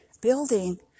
building